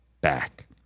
back